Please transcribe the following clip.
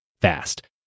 fast